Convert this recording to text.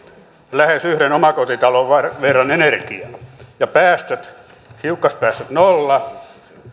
lähes yhden omakotitalon verran energiaa ja hiukkaspäästöt ovat nolla